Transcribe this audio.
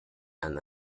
and